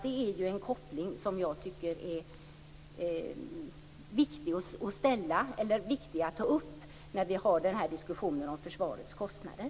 Det är en koppling som jag tycker är viktig att ta upp när vi har den här diskussionen om försvarets kostnader.